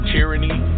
Tyranny